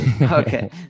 Okay